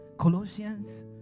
Colossians